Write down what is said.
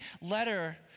letter